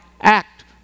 act